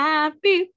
Happy